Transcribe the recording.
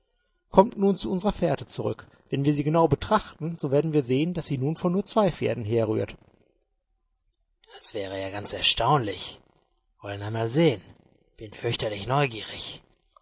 kommt nun zu unserer fährte zurück wenn wir sie genau betrachten so werden wir sehen daß sie nun von nur zwei pferden herrührt das wäre ja ganz erstaunlich wollen einmal sehen bin fürchterlich neugierig